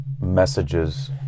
messages